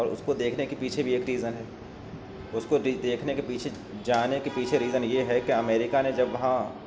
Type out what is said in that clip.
اور اس کو دیکھنے کے پیچھے بھی ایک ریزن ہے اس کو دی دیکھنے کے پیچھے جانے کے پیچھے ریزن یہ ہے کہ امریکہ نے جب وہاں